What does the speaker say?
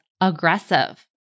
aggressive